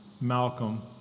Malcolm